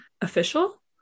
official